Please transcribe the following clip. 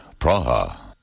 Praha